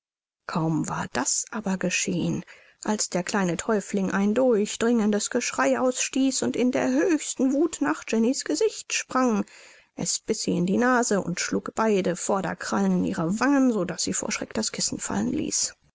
kaum war das aber geschehen als der kleine täufling ein durchdringendes geschrei ausstieß und in der höchsten wuth nach jennys gesicht sprang es biß sie in die nase und schlug beide vorderkrallen in ihre wangen so daß sie vor schreck das kissen fallen ließ